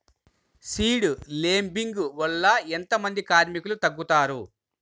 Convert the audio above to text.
Seed లేంబింగ్ వల్ల ఎంత మంది కార్మికులు తగ్గుతారు?